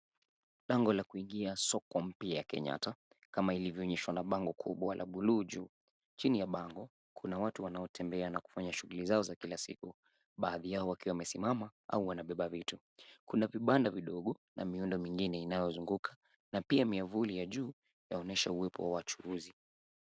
Lango la kuingia soko mpya ya Kenyatta kama ilivyoonyeshwa na bango kubwa la bluu juu. Chini ya bango kuna watu wanaotembea na kufanya shughuli zao za kila siku, baadhi yao wakiwa wamesimama au wamebeba vitu. Kuna vibanda vidogo na miundo mingine inayozunguka na pia miavuli ya juu yaonyesha uwepo wa wachuuzi.